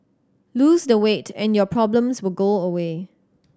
lose the weight and your problems will go away